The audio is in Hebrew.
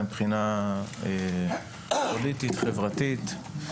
גם מבחינה פוליטית וגם מבחינה חברתית.